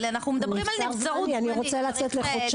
אבל אנחנו מדברים על נבצרות זמנית צריך לזכור.